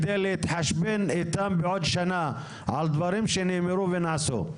על מנת להתחשבן איתם בעוד שנה על דברים שנאמרו ונעשו.